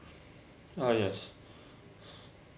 uh yes